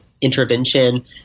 intervention